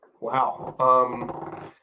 Wow